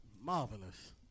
marvelous